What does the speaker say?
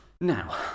Now